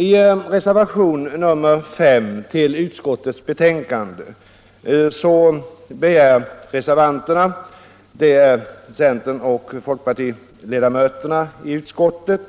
I reservationen 5 till utskottets betänkande begär reservanterna, det är centeroch folkpartiledamöterna i utskottet,